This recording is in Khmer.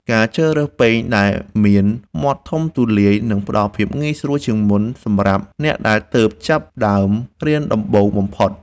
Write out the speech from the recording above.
ការជ្រើសរើសពែងដែលមានមាត់ធំទូលាយនឹងផ្តល់ភាពងាយស្រួលជាងមុនសម្រាប់អ្នកដែលទើបតែចាប់ផ្តើមរៀនដំបូងបំផុត។